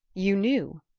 you knew?